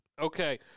Okay